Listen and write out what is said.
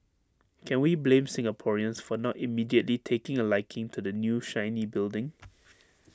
can we blame Singaporeans for not immediately taking A liking to the new shiny building